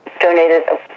donated